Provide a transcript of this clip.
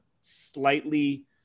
slightly